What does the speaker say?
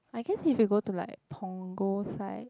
I guess you could go to like Punggol side